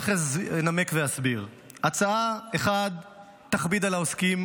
ואחרי זה אנמק ואסביר: 1. ההצעה תכביד על העוסקים